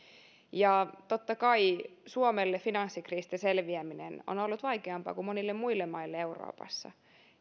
totta kai suomelle finanssikriisistä selviäminen on ollut vaikeampaa kuin monille muille maille euroopassa